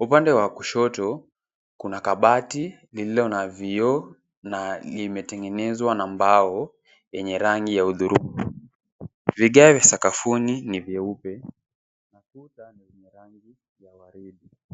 Upande wa kushoto Kuna kabati lililo na vioo na limetengenezwa na mbao, yenye rangi ya hudhurungi . Vigae vya sakafuni ni vyeupe, na Kuta ni yenye rangi ya waridi.